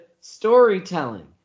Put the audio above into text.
storytelling